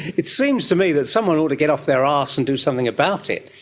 it seems to me that someone ought to get off their arse and do something about it,